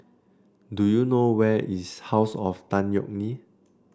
do you know where is house of Tan Yeok Nee